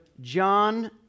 John